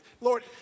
Lord